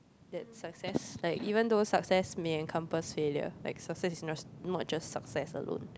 that's success like even though success may encompass failure like success is not not just success alone